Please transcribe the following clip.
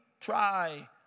Try